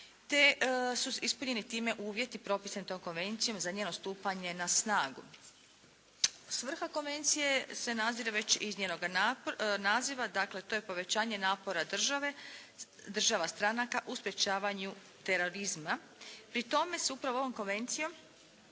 te su ispunjeni time uvjeti propisani tom konvencijom za njeno stupanje na snagu. Svrha konvencije se nazire već iz njezinoga naziva. Dakle, to je povećanje napora države, država stranaka u sprječavanju terorizma. Pri tome se upravo ovom konvencijo